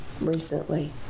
recently